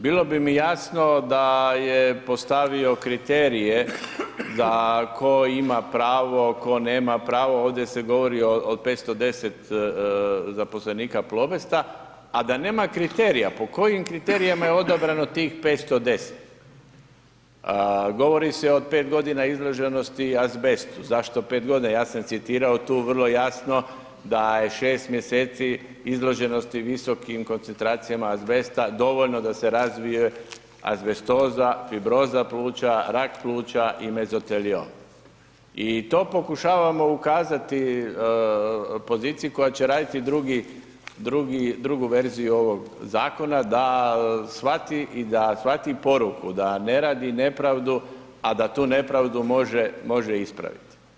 Bilo bi mi jasno da je postavio kriterije da tko ima pravo, tko nema pravo, ovdje se govori o 510 zaposlenika Plobesta, a da nema kriterija, po kojim kriterijama je odabrano tih 510, govori se od 5.g. izloženosti azbestu, zašto 5.g., ja sam citirao tu vrlo jasno da je 6. mjeseci izloženosti visokim koncentracijama azbesta dovoljno da se razvije azbestoza, fibroza pluća, rak pluća i mezoteliom i to pokušavamo ukazati poziciji koja će raditi drugu verziju ovog zakona da shvati i da shvati poruku da ne radi nepravdu, a da tu nepravdu može ispravit.